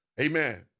Amen